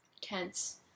tense